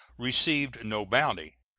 received no bounty,